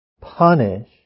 punish